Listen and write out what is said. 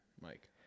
Mike